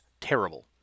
terrible